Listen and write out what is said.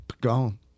gone